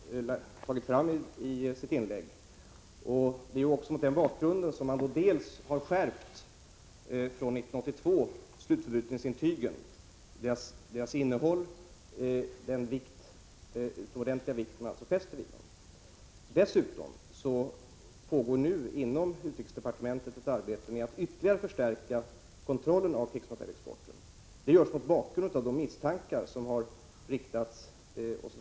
Herr talman! Jag delar de värderingar som fru Irhammar tagit fram i sitt inlägg. Det är också mot den bakgrunden som man sedan 1982 har skärpt utformningen av slutförbrukningsintygen och betonat den utomordentliga vikt man fäster vid dem. Dessutom pågår nu inom utrikesdepartementet ett arbete med att ytterligare förstärka kontrollen av krigsmaterielexporten. Det görs mot bakgrund av de misstankar som har riktats mot företaget Bofors.